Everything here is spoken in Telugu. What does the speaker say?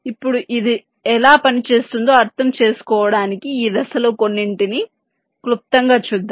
ఇప్పుడు ఇది ఎలా పనిచేస్తుందో అర్థం చేసుకోవడానికి ఈ దశల్లో కొన్నింటిని క్లుప్తంగా చూద్దాం